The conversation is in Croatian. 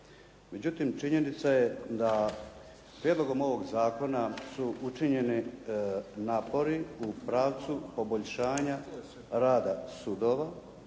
Međutim, činjenica je da prijedlogom ovog zakona su učinjeni napori u pravcu poboljšanja rada sudova,